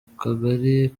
kagali